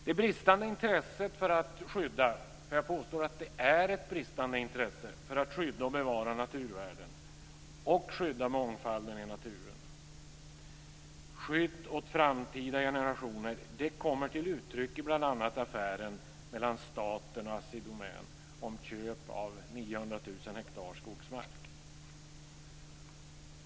Det bristande intresset, för jag påstår att det är ett bristande intresse, för att skydda och bevara naturvärden, för att skydda mångfalden i naturen och för att ge skydd åt framtida generationer kommer till uttryck i bl.a. affären mellan staten och Assi Domän om köp av 900 000 hektar skogsmark.